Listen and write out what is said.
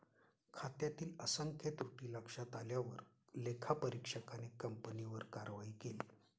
खात्यातील असंख्य त्रुटी लक्षात आल्यावर लेखापरीक्षकाने कंपनीवर कारवाई केली